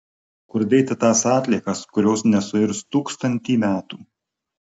kur dėti tas atliekas kurios nesuirs tūkstantį metų